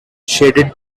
shaded